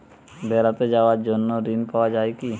বেড়াতে যাওয়ার জন্য ঋণ পাওয়া যায় কি?